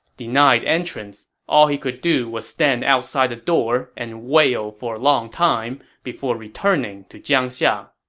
denied entrance, all he could do was stand outside the door and wail for a long time before returning to jiangxia